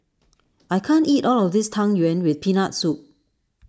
I can't eat all of this Tang Yuen with Peanut Soup